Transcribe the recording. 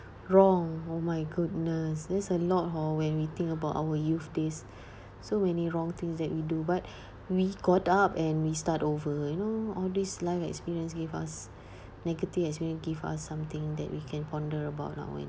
wrong oh my goodness there's a lot hor when we think about our youth days so many wrong things that we do but we got up and we start over you know all these life experience gave us negative experience give us something that we can ponder about lah when